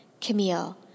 Camille